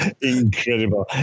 incredible